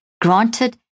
granted